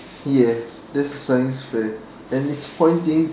yes there's a science fair and it's pointing